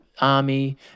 Army